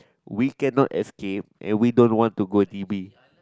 we cannot escape and we don't want to go d_b